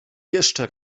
jeszcze